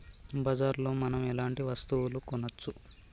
బజార్ లో మనం ఎలాంటి వస్తువులు కొనచ్చు?